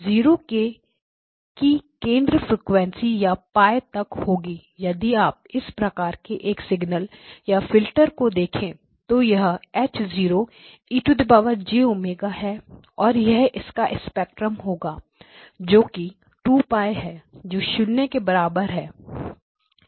अब 0 के की केंद्रीय फ्रीक्वेंसी या π तक होगी यदि आप इस प्रकार के एक सिग्नल या फिल्टर को देखें तो यह H 0e j ω है और यह इसका स्पेक्ट्रम होगा जो कि 2 π है जो शून्य के बराबर है